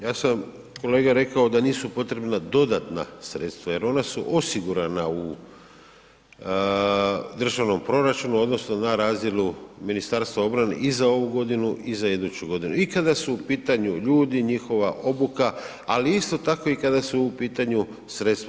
Ja sam kolega rekao da nisu potrebna dodatna sredstva jer ona su osigurana u državnom proračunu odnosno na razinu Ministarstva obrane i za ovu godinu i za iduću godinu i kada su u pitanju ljudi, njihova obuka, ali isto tako kada su u pitanju sredstva.